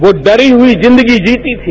वो डरी हुई जिंदगी जीती थी